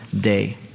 day